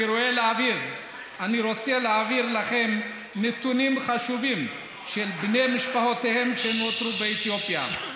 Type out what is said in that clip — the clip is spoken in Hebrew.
אני רוצה להעביר לכם נתונים חשובים של בני משפחותיהם שנותרו באתיופיה.